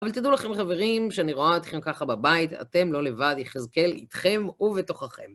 אבל תדעו לכם, חברים, כשאני רואה אתכם ככה בבית, אתם לא לבד, יחזקאל איתכם ובתוככם.